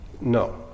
No